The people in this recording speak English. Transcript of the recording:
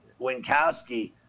Winkowski